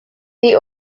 the